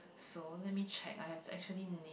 so let me check I have actually